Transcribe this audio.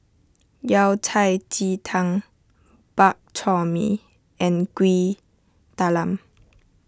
Yao Cai Ji Tang Bak Chor Mee and Kuih Talam